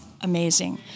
amazing